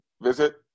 visit